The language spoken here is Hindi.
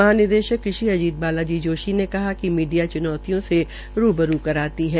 महानिदेशक कृषि अजीत बाला जी जोशी ने कहा कि मीडिया चुनौतियों से रूबरू कराती है